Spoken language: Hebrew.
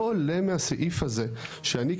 לא עולה מהסעיף הזה שאני,